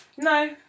No